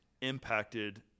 impacted